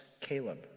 Caleb